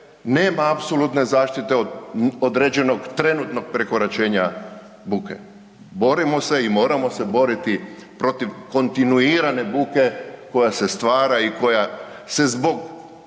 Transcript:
nema apsolutne zaštite od određenog trenutnog prekoračenja buke, borimo se i moramo se boriti protiv kontinuirane buke koja se stvara i koja se zbog